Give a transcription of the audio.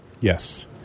Yes